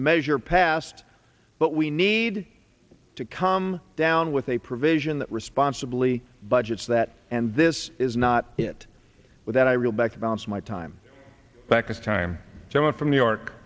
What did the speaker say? measure passed but we need to come down with a provision that responsibly budgets that and this is not it without i real back to balance my time back as time went from new york